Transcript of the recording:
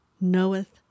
knoweth